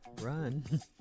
Run